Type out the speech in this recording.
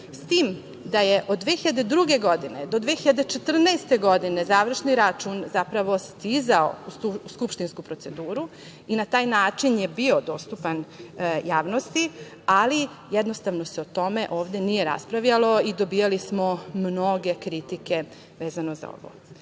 S tim da je od 2002. godine do 2014. godine završni račun zapravo stizao u skupštinsku proceduru i na taj način je bio dostupan javnosti, ali jednostavno se o tome ovde nije raspravljalo i dobijali smo mnoge kritike vezano za ovo